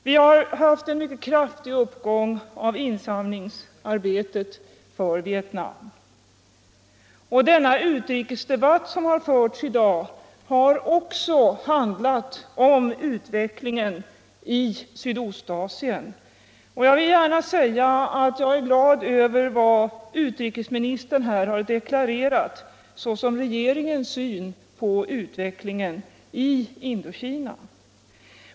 Vi har haft en mycket kraftig uppgång av insamlingsarbetet för Vietnam. Den utrikesdebatt som har förts i dag har också handlat om utvecklingen i Sydostasien. Jag vill gärna säga att jag är glad över vad utrikesministern här har deklarerat såsom regeringens syn på utvecklingen i Indokina.